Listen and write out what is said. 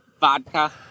vodka